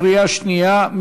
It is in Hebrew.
קריאה שנייה.